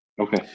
Okay